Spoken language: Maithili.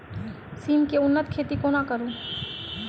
सिम केँ उन्नत खेती कोना करू?